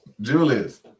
Julius